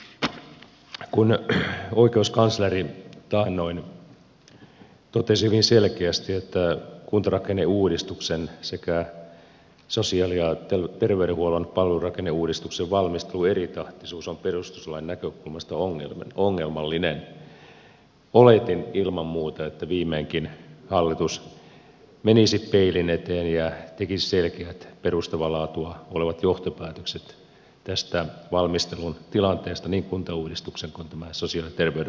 kun oikeuskansleri taannoin totesi hyvin selkeästi että kuntarakenneuudistuksen sekä sosiaali ja terveydenhuollon palvelurakenneuudistuksen valmistelun eritahtisuus on perustuslain näkökulmasta ongelmallinen oletin ilman muuta että viimeinkin hallitus menisi peilin eteen ja tekisi selkeät perustavaa laatua olevat johtopäätökset tästä valmistelun tilanteesta niin kuntauudistuksen kuin tämän sosiaali ja terveydenhuollonkin osalta